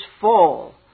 fall